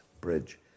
bridge